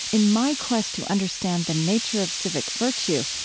in my quest to understand the nature of civic virtue,